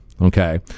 okay